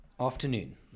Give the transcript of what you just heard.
afternoon